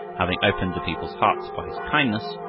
having opened the people's hearts by his kindness,